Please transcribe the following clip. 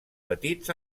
petits